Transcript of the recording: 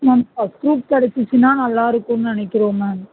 ma'am first group கிடச்சிச்சினா நல்லாயிருக்குனு நினைக்குறோம் மேம்